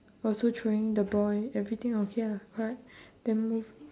also throwing the ball and everything lah okay lah correct then move